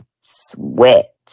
sweat